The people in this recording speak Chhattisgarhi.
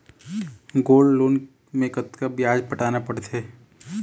गोल्ड लोन मे कतका ब्याज पटाना पड़थे?